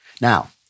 Now